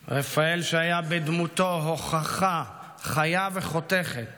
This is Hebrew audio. רפאל, שהיה בדמותו הוכחה חיה וחותכת